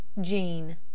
Jean